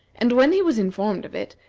and when he was informed of it,